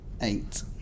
eight